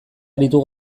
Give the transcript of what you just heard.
aritu